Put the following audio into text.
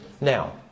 Now